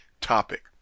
topic